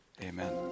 Amen